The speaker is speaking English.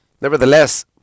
Nevertheless